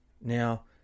Now